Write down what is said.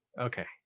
Okay